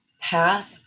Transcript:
path